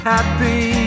Happy